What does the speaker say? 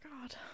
God